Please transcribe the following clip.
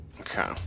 Okay